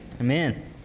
Amen